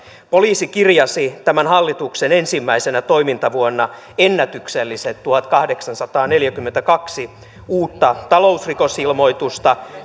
poliisi kirjasi tämän hallituksen ensimmäisenä toimintavuonna ennätykselliset tuhatkahdeksansataaneljäkymmentäkaksi uutta talousrikosilmoitusta